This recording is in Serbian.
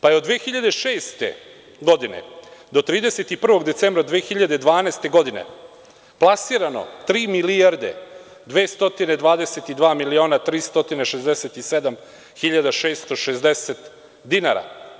Pa, je od 2006. godine do 31. decembra 2012. godine plasirano tri milijarde 222 miliona 367 hiljada 660 dinara.